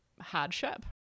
hardship